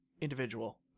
individual